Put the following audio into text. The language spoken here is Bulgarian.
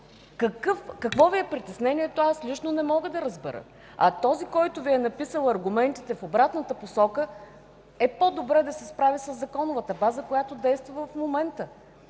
какво е притеснението Ви?! А този, който Ви е написал аргументите в обратната посока, е по-добре да се справи със законовата база, която действа в момента.